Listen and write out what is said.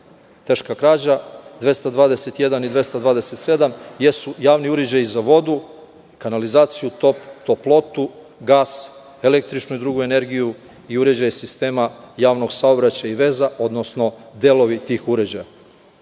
teška krađa, 221. i 227. jesu javni uređaji za vodu, kanalizaciju, toplotu, gas, električnu i drugu energiju i uređaje sistema javnog saobraćaja i veza, odnosno delovi tih uređaja. Oni